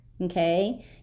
okay